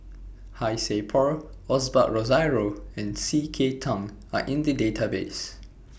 Han Sai Por Osbert Rozario and C K Tang Are in The Database